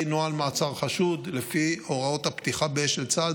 נוהל מעצר חשוד לפי הוראות הפתיחה באש של צה"ל,